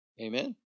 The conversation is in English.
Amen